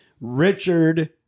Richard